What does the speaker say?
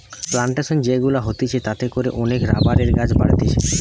plantation যে গুলা হতিছে তাতে করে অনেক রাবারের গাছ বাড়তিছে